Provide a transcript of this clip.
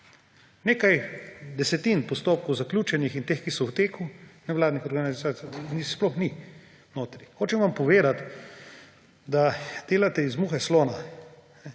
nekaj desetin zaključenih postopkov in teh, ki so v teku, nevladnih organizacij sploh ni notri. Hočem vam povedati, da delate iz muhe slona.